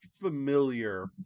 familiar